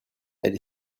elle